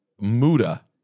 muda